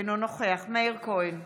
אינו נוכח מאיר כהן,